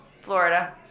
Florida